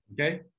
Okay